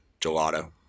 gelato